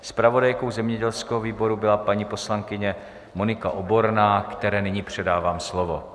Zpravodajkou zemědělského výboru byla paní poslankyně Monika Oborná, které nyní předávám slovo.